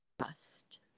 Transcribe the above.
trust